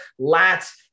lats